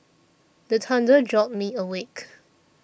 the thunder jolt me awake